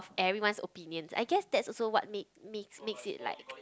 everyone's opinion I guess that's also what make make makes it like